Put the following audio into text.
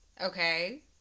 okay